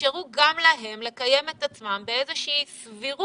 ותאפשרו גם להם לקיים את עצמם באיזושהי סבירות